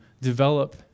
develop